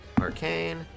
arcane